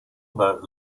about